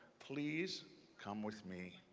please come with me.